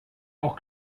auch